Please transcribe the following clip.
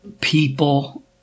people